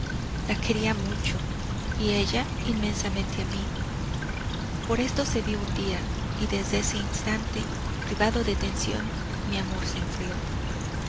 la quería mucho y ella inmensamente a mí por esto cedió un día y desde ese instante privado de tensión mi amor se enfrió